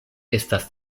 estas